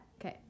Okay